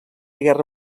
guerra